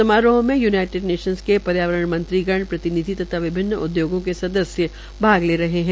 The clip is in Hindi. समारोह में यूनाटेड नेशन के पर्यावरण मंत्रीगण तथा विभिन्न उद्योगों के सदस्य भाग ले रहे है